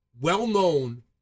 well-known